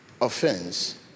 Offense